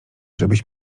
żebyś